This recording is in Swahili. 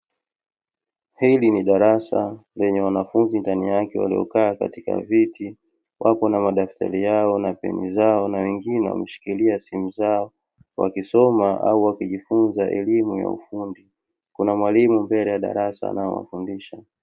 Hili ni darasa lenye wanafunzi ndani yake waliokaa kwenye viti. Wako na madaftari yao na peni zao na wengine wameshikilia simu zao, wakisoma au wakijifunza elimu ya ufundi. Kuna mwalimu mbele ya darasa anayewafundisha.